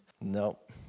Nope